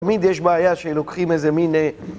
תמיד יש בעיה שלוקחים איזה מין...